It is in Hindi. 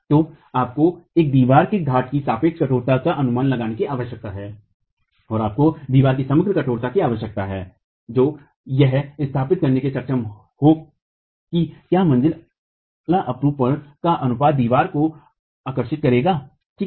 तो आपको एक दीवार में घाट की सापेक्ष कठोरता का अनुमान लगाने की आवश्यकता है और आपको दीवार की समग्र कठोरता की आवश्यकता है जो यह स्थापित करने में सक्षम हो कि क्या मंजिला अपरूपण का अनुपात दीवार को आकर्षित करेगा ठीक है